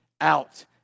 out